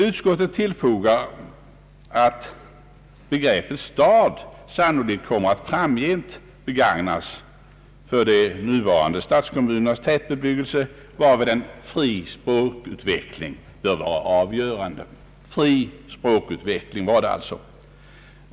Utskottet tillfogar att beteckningen stad sannolikt kommer att allt framgent begagnas för de nuvarande stadskommunernas tätbebyggelsekärna, varvid en fri språkutveckling bör få vara avgörande.